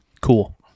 Cool